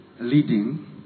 leading